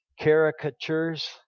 caricatures